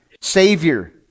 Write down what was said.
Savior